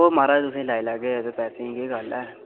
ओह् महाराज तुसेंगी लाई लैगे एह्दे पैसेंं दी केह् गल्ल ऐ